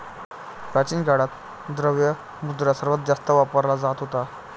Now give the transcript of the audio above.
प्राचीन काळात, द्रव्य मुद्रा सर्वात जास्त वापरला जात होता